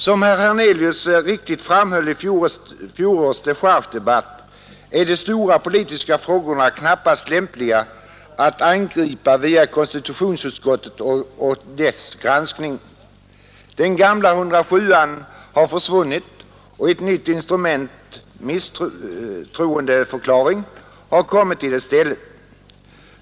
Som herr Hernelius riktigt framhöll vid fjolårets dechargedebatt är de stora politiska frågorna knappast lämpliga att angripa via konstitutionsutskottet och dess granskning. Den gamla 107 § har försvunnit och ett nytt instrument, misstroendeförklaring, har kommit i dess ställe.